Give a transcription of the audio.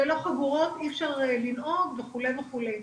ללא חגורות אי אפשר לנהוג, וכולי וכולי,